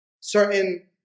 certain